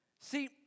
See